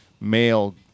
male